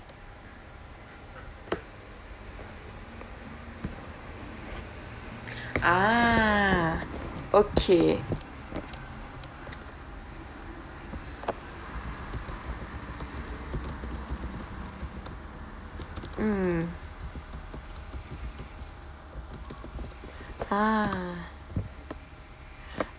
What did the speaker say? ah okay mm ah